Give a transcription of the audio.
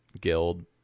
guild